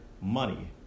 money